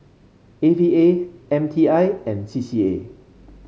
A V A M T I and C C A